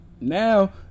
now